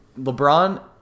LeBron